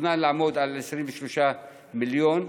שתוכנן להיות 23 מיליון,